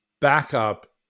backup